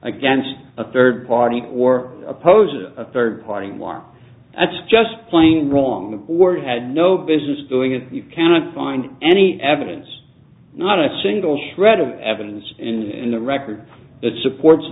against a third party or opposes a third party war that's just plain wrong or had no business doing it you cannot find any evidence not a single shred of evidence in the record that supports